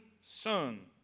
son